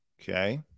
Okay